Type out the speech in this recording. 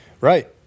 Right